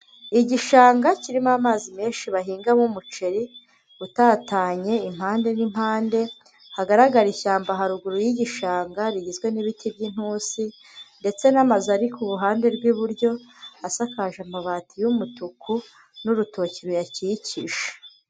Igishanga kirimo amazi menshi bahingamo umuceri utatanye impande n'impande, hagaragara ishyamba haruguru y'igishanga rigizwe n'ibiti by'intusi ndetse n'amazu ari ku ruhande rw'iburyo, asakaje amabati y'umutuku n'urutoki ruyakikije.